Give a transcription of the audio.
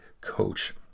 coach